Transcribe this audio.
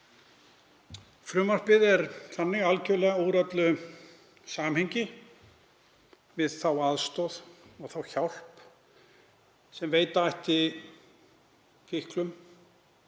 Frumvarpið er algerlega úr öllu samhengi við þá aðstoð og þá hjálp sem veita ætti fíklum,